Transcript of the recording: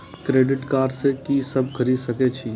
Credit card से की सब खरीद सकें छी?